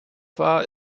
war